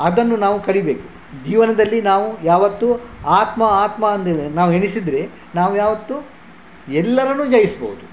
ಅದನ್ನು ನಾವು ಕಲಿಬೇಕು ಜೀವನದಲ್ಲಿ ನಾವು ಯಾವತ್ತೂ ಆತ್ಮ ಆತ್ಮ ಅಂದಿದೆ ನಾವು ಎಣಿಸಿದರೆ ನಾವು ಯಾವತ್ತೂ ಎಲ್ಲರನ್ನು ಜಯಿಸಬಹುದು